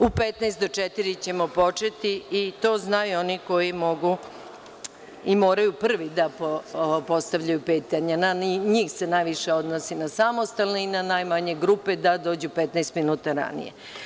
U 15 do četiri ćemo početi i to znaju oni koji mogu i moraju prvi da postavljaju pitanja, na njih se najviše odnosi, na samostalne i na najmanje grupe da dođu 15 minuta ranije.